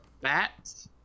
bat